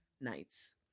nights